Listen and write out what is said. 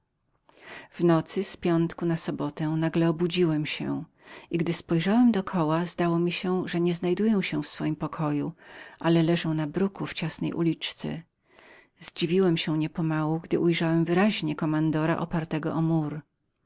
w nocy z piątku na sobotę nagle obudziłem się i pojrzawszy do koła zdało mi się że nie byłem w moim pokoju ale że leżałem na bruku w ciasnej uliczce zdziwiłem się niepomału gdy ujrzałem wyraźnie kommandora opartego